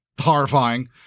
horrifying